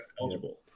eligible